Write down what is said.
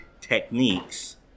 techniques